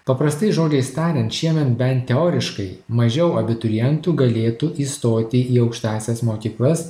paprastais žodžiais tariant šiemet bent teoriškai mažiau abiturientų galėtų įstoti į aukštąsias mokyklas